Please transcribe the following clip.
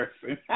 person